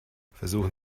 versuchen